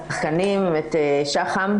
שחקנים, את שח"ם.